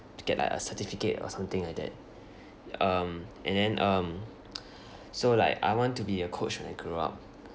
to get like a certificate or something like that um and then um so like I want to be a coach when I grow up